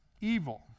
evil